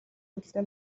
үүдэлтэй